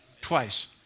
Twice